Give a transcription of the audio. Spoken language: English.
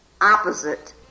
opposite